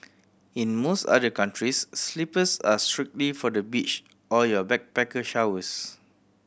in most other countries slippers are strictly for the beach or your backpacker showers